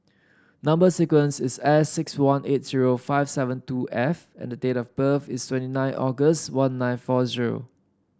number sequence is S six one eight zero five seven two F and the date of birth is twenty nine August one nine four zero